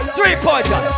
Three-pointer